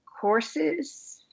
courses